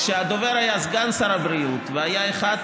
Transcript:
כשהדובר היה סגן שר הבריאות והיה אחת